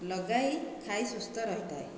ଲଗାଇ ଖାଇ ସୁସ୍ଥ ରହିଥାଏ